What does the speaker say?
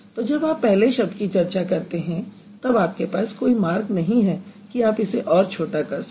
तो जब आप पहले शब्द की चर्चा करते हैं तब आपके पास कोई मार्ग नहीं है कि आप इसे और छोटा कर सकें